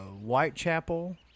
Whitechapel